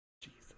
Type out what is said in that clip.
Jesus